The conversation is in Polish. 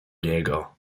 niego